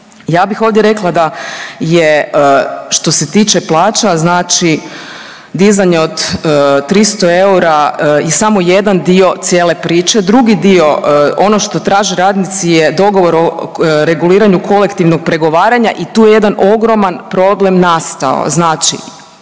ja bih ovdje rekla da je što se tiče plaća znači dizanje od 300 eura je samo jedan dio cijele priče, drugi dio ono što traže radnici je dogovor o reguliranju kolektivnog pregovaranja i tu je jedan ogroman problem nastao,